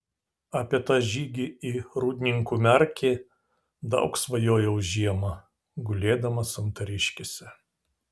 apie tą žygį į rūdninkų merkį daug svajojau žiemą gulėdamas santariškėse